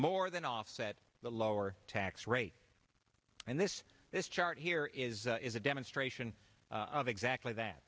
more than offset the lower tax rate and this this chart here is is a demonstration of exactly that